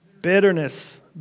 Bitterness